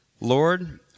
Lord